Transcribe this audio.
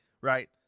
right